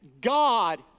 God